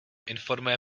informuje